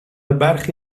برخی